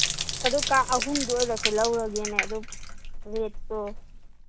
ꯑꯗꯨ ꯀꯥ ꯑꯈꯨꯝꯗꯨ ꯑꯣꯏꯔꯁꯨ ꯂꯧꯔꯒꯦꯅꯦ ꯔꯦꯠꯇꯣ